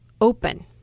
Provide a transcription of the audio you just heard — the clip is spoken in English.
open